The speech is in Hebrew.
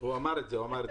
הוא אמר את זה.